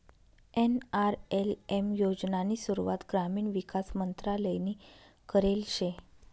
NRLM योजनानी सुरुवात ग्रामीण विकास मंत्रालयनी करेल शे